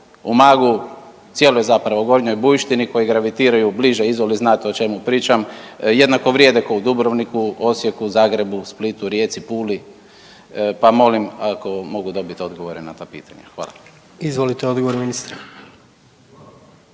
Umagu, cijeloj zapravo gornjoj Bujištini koji gravitiraju bliže Izoli. Znate o čemu pričam, jednako vrijede kao u Duborvniku, Osijeku, Zagrebu, Splitu, Rijeci, Puli, pa molim ako mogu dobiti odgovore na ta pitanja. Hvala. **Jandroković,